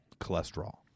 cholesterol